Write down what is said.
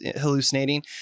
hallucinating